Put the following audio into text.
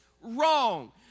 wrong